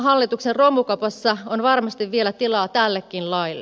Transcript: hallituksen romukopassa on varmasti vielä tilaa tällekin laille